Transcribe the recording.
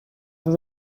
oedd